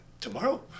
Tomorrow